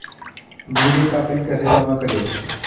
बिजली का बिल कैसे जमा करें?